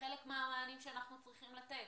כחלק מהמענים שאנחנו צריכים לתת.